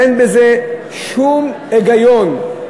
אין בזה שום היגיון.